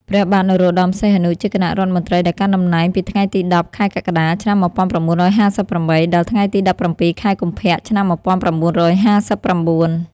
ព្រះបាទនរោត្តម សីហនុ ជាគណៈរដ្ឋមន្ត្រីដែលកាន់តំណែងពីថ្ងៃទី ១០ ខែកក្កដា ឆ្នាំ១៩៥៨ ដល់ថ្ងៃទី ១៧ ខែកុម្ភៈ ឆ្នាំ១៩៥៩។